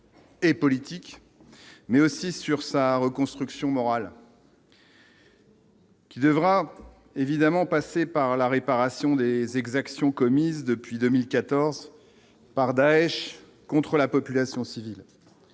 Et politique, mais aussi sur sa reconstruction morale. Qui devra évidemment passer par la réparation des exactions commises depuis 2014 par Daech contre la population civile,